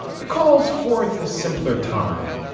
it calls forth a simpler time.